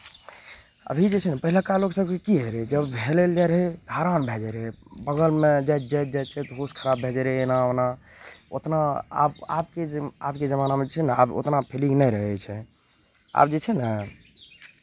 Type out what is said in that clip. अभी जे छै ने पहिलुका लोक सभकेँ की होइत रहै जब हेलय लए जाइ रहै तऽ हरान भए जाइत रहै बगलमे जाइत जाइत जाइत जाइत होश खराब भए जाइत रहै एना ओना ओतना आब आबके आबके जमानामे जे छै ने आब ओतना फीलिंग नहि रहै छै आब जे छै ने